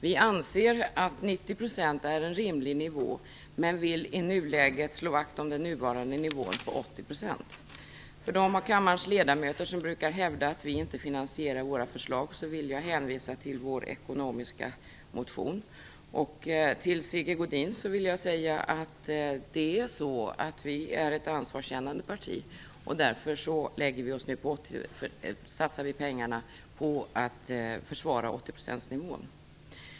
Vi anser att 90 % är en rimlig nivå, men vill i nuläget slå vakt om den nuvarande nivån på 80 %. För de av kammarens ledamöter som brukar hävda att vi inte finansierar våra förslag vill jag hänvisa till vår ekonomiska motion. Till Sigge Godin vill jag säga att Vänsterpartiet är ett ansvarskännande parti. Därför satsar vi pengarna på att försvara 80 procentsnivån.